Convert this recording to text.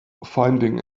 finding